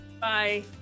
Bye